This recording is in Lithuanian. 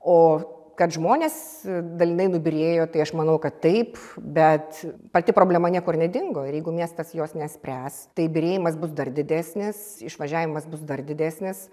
o kad žmonės dalinai nubyrėjo tai aš manau kad taip bet pati problema niekur nedingo ir jeigu miestas jos nespręs tai byrėjimas bus dar didesnis išvažiavimas bus dar didesnis